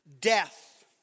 Death